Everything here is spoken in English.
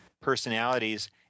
personalities